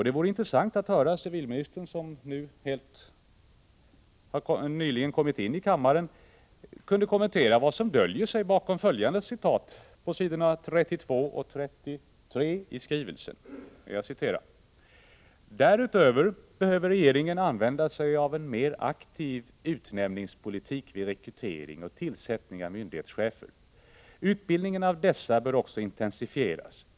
Det vore intressant om civilministern, som nyligen kommit in i kammaren, kunde kommentera vad som döljer sig bakom följande citat på s. 32 och 33 i skrivelsen: ”Därutöver behöver regeringen använda sig av en mer aktiv utnämningspolitik vid rekrytering och tillsättning av myndighetschefer. Utbildningen av dessa bör också intensifieras.